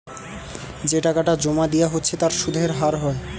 যে টাকাটা জোমা দিয়া হচ্ছে তার সুধের হার হয়